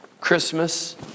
Christmas